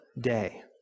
day